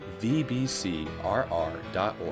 vbcrr.org